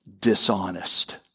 dishonest